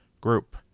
group